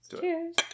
Cheers